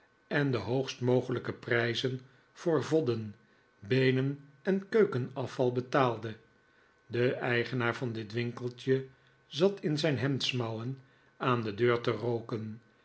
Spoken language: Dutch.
en de hoogst mogelijke prijzen voor vodden beenen en keukenafval betaalde de eigenaar van dit winkeltje zat in zijn hemdsmouwen aan de deur te rooken